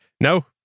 No